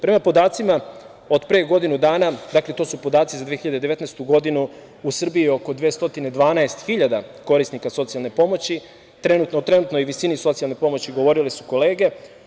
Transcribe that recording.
Prema podacima od pre godinu dana, dakle to su podaci za 2019. godinu u Srbiji je oko 212 hiljada korisnika socijalne pomoći trenutno, o trenutnoj visini socijalne pomoći govorile su kolege.